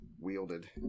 wielded